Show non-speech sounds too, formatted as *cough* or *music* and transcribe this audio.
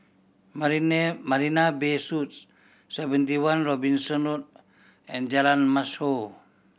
*unintelligible* Marina Bay Suites Seventy One Robinson Road and Jalan Mashhor